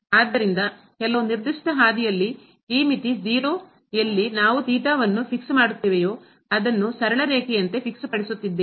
ಆದ್ದರಿಂದ ಕೆಲವು ನಿರ್ದಿಷ್ಟ ಹಾದಿಯಲ್ಲಿ ಈ ಮಿತಿ 0 ಎಲ್ಲಿ ನಾವು ವನ್ನು ಫಿಕ್ಸ್ ಮಾಡುತ್ತೇವೆಯೋ ಅದನ್ನು ಸರಳ ರೇಖೆಯಂತೆ ಫಿಕ್ಸ್ ಪಡಿಸುತ್ತಿದ್ದೇವೆ